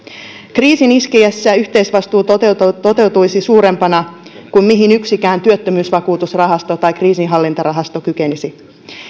kriisin iskiessä yhteisvastuu toteutuisi toteutuisi suurempana kuin mihin yksikään työttömyysvakuutusrahasto tai kriisinhallintarahasto kykenisi